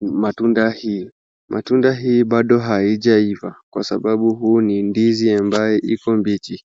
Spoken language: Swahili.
matunda hii ,matunda hii bado haijaiva kwa sababu huu ni ndizi ambaye iko mbichi.